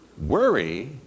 worry